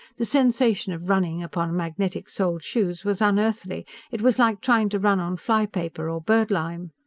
the sensation of running upon magnetic-soled shoes was unearthly it was like trying to run on fly-paper or bird-lime.